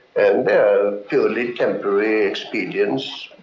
and they're a purely temporary expedience